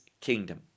kingdom